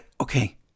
Okay